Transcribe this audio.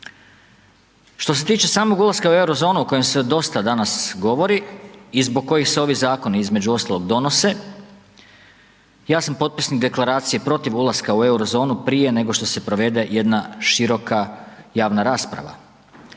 Što se tiče samog ulaska u euro zonu o kojem se dosta danas govori i zbog kojih se ovi zakoni između ostalog donose, ja sam potpisnik deklaracije protiv ulaska u euro zonu prije nego što se provede jedna široka javna rasprava.